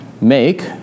make